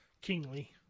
kingly